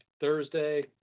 Thursday